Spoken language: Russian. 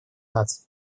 наций